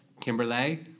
Kimberly